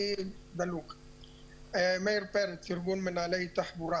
אני מארגון מנהלי תחבורה